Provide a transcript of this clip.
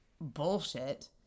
bullshit